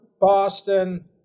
Boston